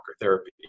therapy